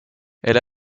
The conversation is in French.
elle